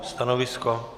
Stanovisko?